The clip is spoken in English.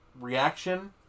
reaction